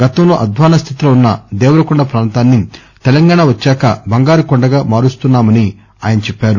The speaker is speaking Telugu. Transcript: గతంలో అధ్వాన్న స్థితిలో ఉన్న దేవరకొండ ప్రాంతాన్ని తెలంగాణ వచ్చాక బంగారుకొండ గా మారుస్తున్నామని ఆయన చెప్పారు